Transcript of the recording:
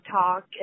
talk